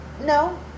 no